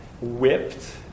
whipped